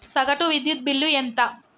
సగటు విద్యుత్ బిల్లు ఎంత?